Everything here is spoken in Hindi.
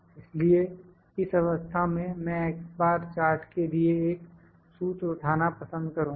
इसलिए इस अवस्था में मैं x बार चार्ट के लिए एक सूत्र उठाना पसंद करूँगा